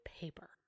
paper